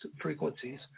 frequencies